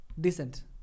decent